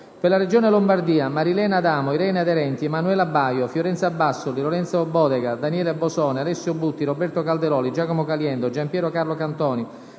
per la Regione Lombardia, Marilena Adamo, Irene Aderenti, Emanuela Baio, Fiorenza Bassoli, Lorenzo Bodega, Daniele Bosone, Alessio Butti, Roberto Calderoli, Giacomo Caliendo, Gianpiero Carlo Cantoni,